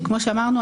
כמו שאמרנו,